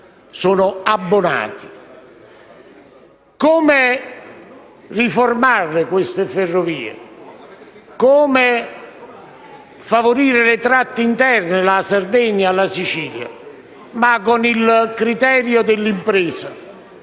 Sono abbonati. Come riformare allora queste ferrovie? Come favorire le tratte interne della Sardegna e della Sicilia? Con il criterio dell'impresa,